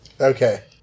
okay